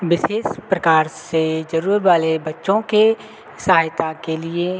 विशेष प्रकार से जरूरत वाले बच्चों के सहायता के लिए